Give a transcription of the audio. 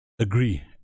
Agree